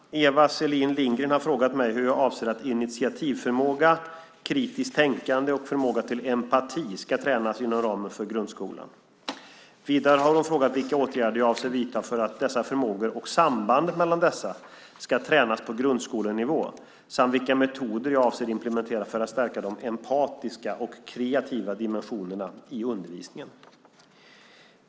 Fru talman! Eva Selin Lindgren har frågat mig hur jag avser att initiativförmåga, kritiskt tänkande och förmåga till empati ska tränas inom ramen för grundskolan. Vidare har hon frågat vilka åtgärder jag avser att vidta för att dessa förmågor och sambandet mellan dessa ska tränas på grundskolenivå samt vilka metoder jag avser att implementera för att stärka de empatiska och kreativa dimensionerna i undervisningen.